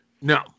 No